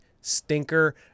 stinker